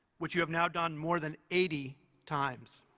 which you have now done more than eighty times,